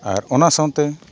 ᱟᱨ ᱚᱱᱟ ᱥᱟᱶᱛᱮ